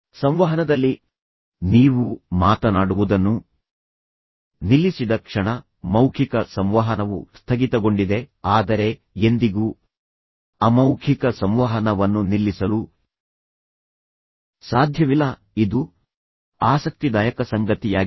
ಸಂವಹನದಲ್ಲಿ ನೀವು ಮಾತನಾಡುವುದನ್ನು ನಿಲ್ಲಿಸಿದ ಕ್ಷಣ ಮೌಖಿಕ ಸಂವಹನವು ಸ್ಥಗಿತಗೊಂಡಿದೆ ಆದರೆ ಎಂದಿಗೂ ಅಮೌಖಿಕ ಸಂವಹನವನ್ನು ನಿಲ್ಲಿಸಲು ಸಾಧ್ಯವಿಲ್ಲ ಇದು ಆಸಕ್ತಿದಾಯಕ ಸಂಗತಿಯಾಗಿದೆ